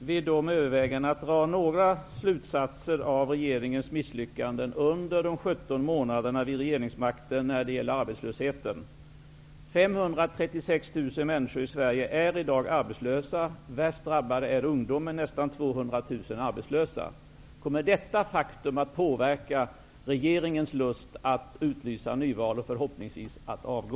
vid övervägandena att dra några slutsatser av regeringens misslyckanden när det gäller arbetslösheten under de 17 månaderna vid regeringsmakten? 536 000 människor i Sverige är i dag arbetslösa. Värst drabbad är ungdomen: nästan 200 000 arbetslösa. Kommer detta faktum att påverka regeringens lust att utlysa nyval och förhoppningsvis att avgå?